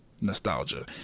Nostalgia